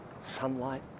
Sunlight